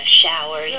shower